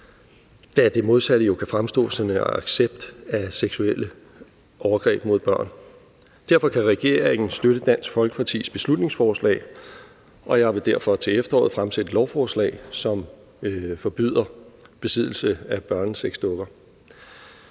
da det modsatte jo kan fremstå som accept af seksuelle overgreb mod børn. Derfor kan regeringen støtte Dansk Folkepartis beslutningsforslag, og jeg vil derfor til efteråret fremsætte et lovforslag, som forbyder besiddelse af børnesexdukker.